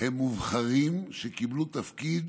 הם מובחרים שקיבלו תפקיד